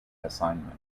assignment